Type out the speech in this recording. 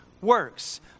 works